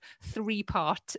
three-part